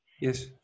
Yes